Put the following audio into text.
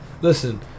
listen